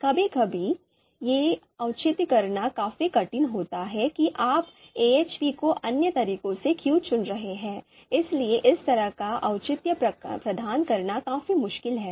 कभी कभी यह औचित्य करना काफी कठिन होता है कि आप AHP को अन्य तरीकों से क्यों चुन रहे हैं इसलिए इस तरह का औचित्य प्रदान करना काफी मुश्किल है